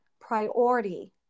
priority